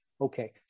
Okay